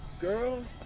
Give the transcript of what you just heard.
Girls